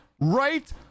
right